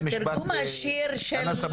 תרגום השיר של